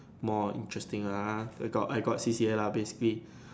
more interesting lah I got I got C_C_A lah basically